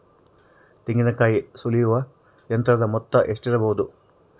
ತೆಂಗಿನಕಾಯಿ ಸುಲಿಯುವ ಯಂತ್ರದ ಮೊತ್ತ ಎಷ್ಟಿರಬಹುದು?